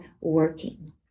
working